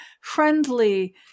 friendly